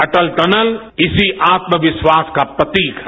अटल tunnel इसी आत्मविश्वास का प्रतीक है